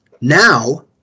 now